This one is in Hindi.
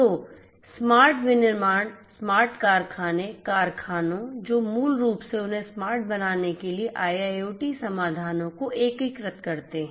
तो स्मार्ट विनिर्माण स्मार्ट कारखाने कारखानों जो मूल रूप से उन्हें स्मार्ट बनने के लिए IIoT समाधानों को एकीकृत करते हैं